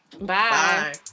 Bye